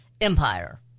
empire